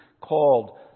called